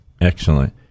Excellent